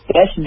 Best